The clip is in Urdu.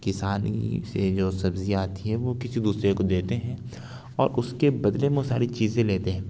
کسانی سے جو سبزی آتی ہے وہ کسی دوسرے کو دیتے ہیں اور اس کے بدلے میں وہ ساری چیزیں لیتے ہیں